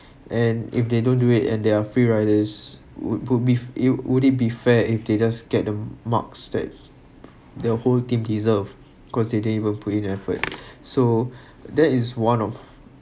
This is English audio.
and if they don't do it and they are free riders would would be you would it be fair if they just get the marks that the whole team deserved because they didn’t even put in effort so that is one of